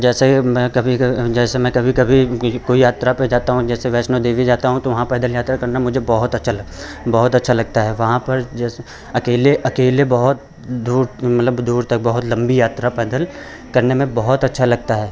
जैसे मैं कभी कभी जैसे मैं कभी कभी कोई यात्रा पे जाता हूँ जैसे वैष्णों देवी जाता हूँ तो वहाँ पैदल यात्रा करना मुझे बहुत अच्छा लगता है बहुत अच्छा लगता है वहाँ पर जैसे अकेले अकेले बहुत दूर मतलब दूर तक बहुत लम्बी यात्रा पैदल करने में बहुत अच्छा लगता है